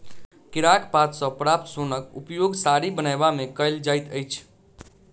केराक पात सॅ प्राप्त सोनक उपयोग साड़ी बनयबा मे कयल जाइत अछि